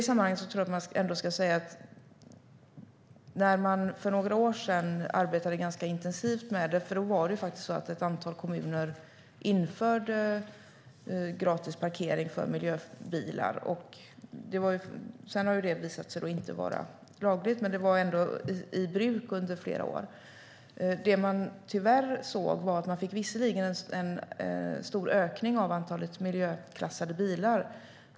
För några år sedan arbetade man ganska intensivt med detta. Det var ett antal kommuner som införde gratis parkering för miljöbilar. Sedan har det visat sig inte vara lagligt, men det var ändå i bruk under flera år. Det man tyvärr såg var att man visserligen fick en stor ökning av antalet miljöklassade bilar.